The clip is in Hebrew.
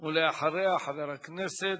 אחריה, חבר הכנסת